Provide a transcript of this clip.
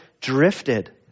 drifted